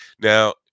Now